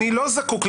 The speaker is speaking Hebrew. אני לא זקוק.